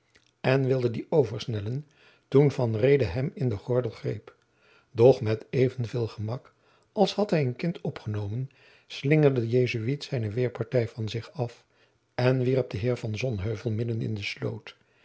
en wilde die oversnellen toen van reede hem in den gordel greep doch met even veel gemak als had hij een kind opgenomen slingerde de jesuit zijne weêrpartij van zich af en wierp den armen heer van sonheuvel midden in de sloot